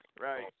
right